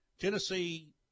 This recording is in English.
Tennessee